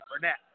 Burnett